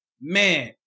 man